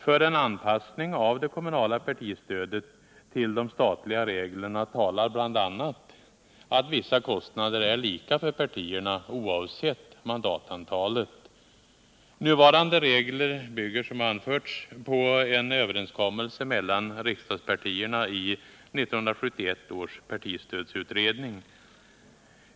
För en anpassning av det kommunala partistödet till de statliga reglerna talar bl.a. att vissa kostnader är lika för partierna, oavsett mandatantalet. Nuvarande regler bygger, som anförts, på en överenskommelse mellan riksdagspartierna i 1971 års partistödsutredning.